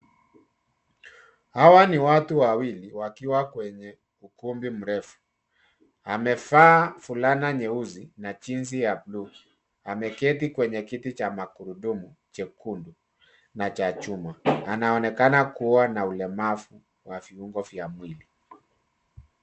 Hawa ni watu wawili wakiwa kwenye ukumbi mrefu. Amevaa fulana nyeusi na jeans ya blue . Ameketi kwenye kiti cha magurudumu chekundu na cha chuma. Anaonekana kua na ulemavu wa viungo vya mwili.